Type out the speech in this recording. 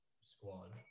squad